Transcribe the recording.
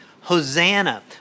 Hosanna